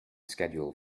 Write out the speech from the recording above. schedule